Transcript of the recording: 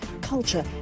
culture